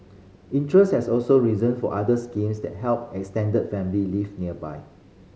interest has also risen for other schemes that help extended family live nearby